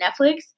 Netflix